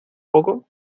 poco